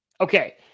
Okay